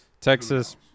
Texas